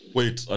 Wait